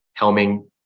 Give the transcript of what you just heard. helming